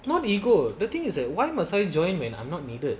not ego the thing is that why must I join when I'm not needed